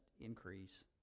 increase